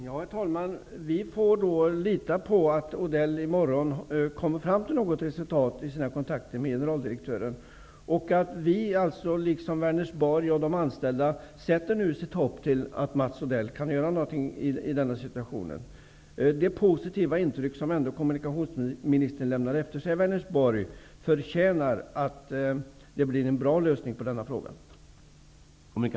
Herr talman! Vi får lita på att Mats Odell i morgon når resultat i sina kontakter med generaldirektören. Vi liksom övriga i Vänersborg och alltså också de anställda har nu förhoppningar om att Mats Odell skall kunna göra något i den här situationen. Det positiva intryck som kommunikationsministern ändå lämnade efter sig i Vänersborg förtjänar att det blir en bra lösning i denna fråga.